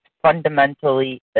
fundamentally